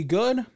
good